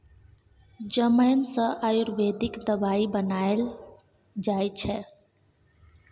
जमैन सँ आयुर्वेदिक दबाई बनाएल जाइ छै